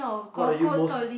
what are you most